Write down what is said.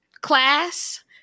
class